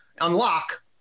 unlock